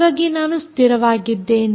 ಹಾಗಾಗಿ ನಾನು ಸ್ಥಿರವಾಗಿದ್ದೇನೆ